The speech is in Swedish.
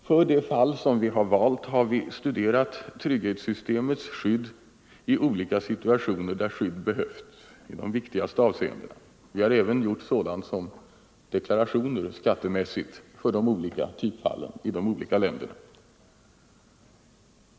För de fall vi har valt har vi studerat trygghetssystemets skydd i olika situationer där skydd behövs — i de viktigaste avseendena. Vi har även gjort sådant som skattemässiga deklarationer beträffande de olika typfallen i de olika länderna.